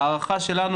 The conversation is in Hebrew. הערכה שלנו,